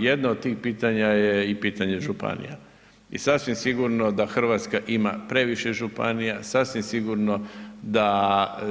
Jedno od tih pitanja je i pitanje županija i sasvim sigurno da Hrvatska ima previše županije, sasvim sigurno da